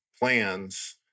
plans